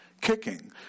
kicking